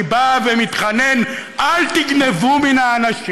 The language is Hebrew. אני בא ומתחנן: אל תגנבו מן האנשים.